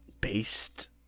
Based